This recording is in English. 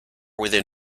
within